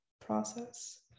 process